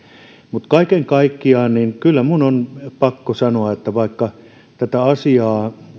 mutta kaiken kaikkiaan kyllä minun on pakko sanoa että vaikka tätä asiaa